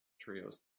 trios